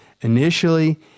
initially